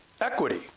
equity